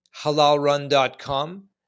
halalrun.com